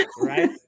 right